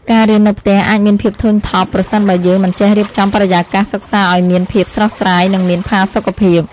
ការរៀននៅផ្ទះអាចមានភាពធុញថប់ប្រសិនបើយើងមិនចេះរៀបចំបរិយាកាសសិក្សាឱ្យមានភាពស្រស់ស្រាយ និងមានផាសុកភាព។